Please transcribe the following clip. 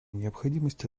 необходимости